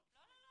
לא.